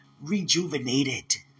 rejuvenated